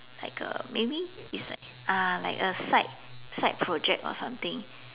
like a maybe is like ah like a side side project or something